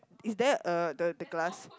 is there a the the glass